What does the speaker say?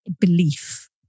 belief